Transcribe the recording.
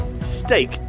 steak